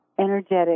energetic